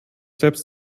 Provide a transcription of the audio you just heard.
selbst